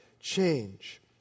change